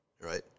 Right